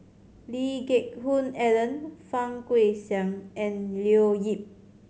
Lee Geck Hoon Ellen Fang Guixiang and Leo Yip